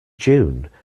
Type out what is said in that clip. june